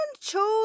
chose